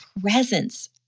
presence